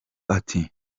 ati